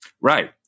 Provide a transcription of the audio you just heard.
Right